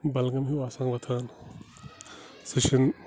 بلگَم ہیوٗ آسان وۄتھان سُہ چھِنہٕ